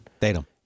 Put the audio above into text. Datum